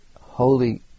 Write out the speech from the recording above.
holy